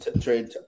trade